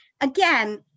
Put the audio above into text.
again